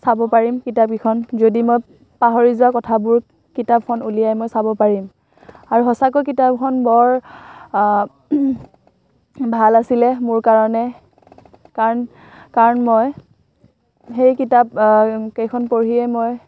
চাব পাৰিম কিতাপ কেইখন যদি মই পাহৰি যোৱা কথাবোৰ কিতাপখন উলিয়াই মই চাব পাৰিম আৰু সঁচাকৈ কিতাপ কেইখন বৰ ভাল আছিলে মোৰ কাৰণে কাৰণ কাৰণ মই সেই কিতাপ কেইখন পঢ়িয়েই মই